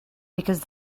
because